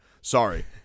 Sorry